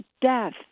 death